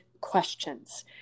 questions